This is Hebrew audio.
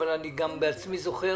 אבל גם אני בעצמי זוכר.